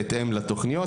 בהתאם לתכניות.